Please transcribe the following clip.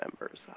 members